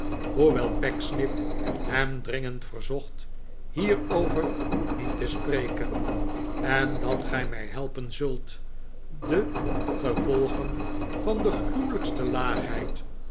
hoewel pecksniff hem dringend verzocht hierover niet te spreken en dat gij mij helpen zult de gevolgen van de gruwelijkste laagheid